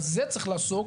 בזה צריך לעסוק